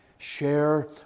Share